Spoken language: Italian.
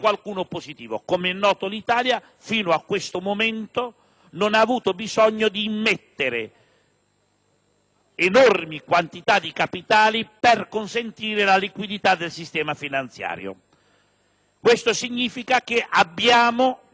enormi quantità di capitali per consentire la liquidità del sistema finanziario. Questo significa che abbiamo dei fondamenti, almeno sul piano finanziario, più sani e meglio strutturati di altri Paesi.